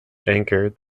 anchored